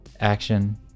Action